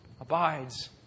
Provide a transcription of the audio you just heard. abides